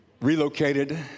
relocated